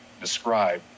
describe